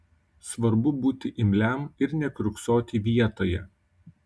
svarbu būti imliam ir nekiurksoti vietoje